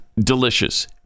delicious